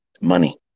Money